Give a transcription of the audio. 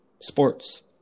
sports